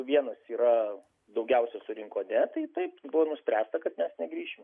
vienas yra daugiausia surinko ne tai taip buvo nuspręsta kad mes negrįšim